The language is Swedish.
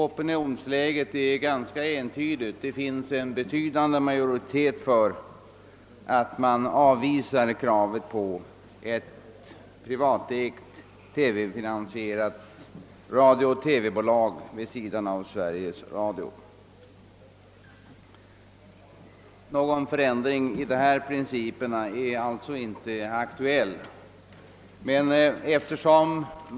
Opinionen är ganska entydig: det finns en betydande majoritet för att man avvisar kravet på ett privatägt reklamfinansierat radiooch TV-bolag vid sidan av Sveriges Radio. Någon förändring av dessa principer är alltså inte aktuell.